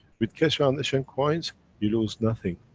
with keshe foundation coins you lose nothing.